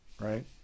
Right